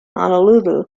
honolulu